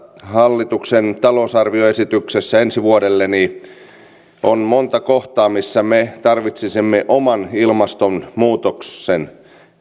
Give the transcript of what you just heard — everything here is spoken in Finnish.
hallituksen talousarvioesityksessä ensi vuodelle on monta kohtaa missä me tarvitsisimme oman ilmastonmuutoksen